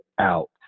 out